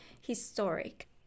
historic